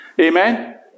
Amen